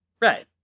Right